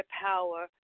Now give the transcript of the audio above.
power